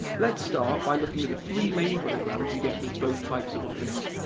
let's start by looking at the three main programs you get with both types of office.